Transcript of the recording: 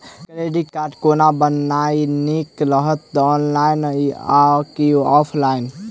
Credit card कोना बनेनाय नीक रहत? ऑनलाइन आ की ऑफलाइन?